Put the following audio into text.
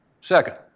second